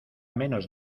menos